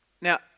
now